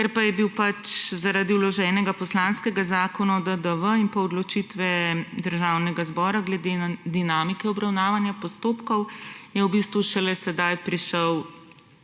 Ker pa je bil pač zaradi vloženega poslanskega zakona o DDV in odločitve Državnega zbora glede dinamike obravnavanja postopkov, je v bistvu šele sedaj prišel